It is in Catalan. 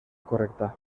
correcta